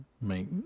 make